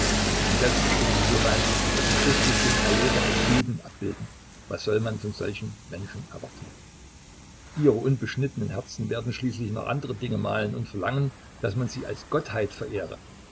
und jetzt sind sie so weit daß sie christus den erlöser als juden abbilden was soll man von solchen menschen erwarten ihre unbeschnittenen herzen werden schließlich noch andere dinge malen und verlangen daß man die als gottheit verehre